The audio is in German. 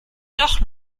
doch